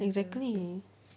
exactly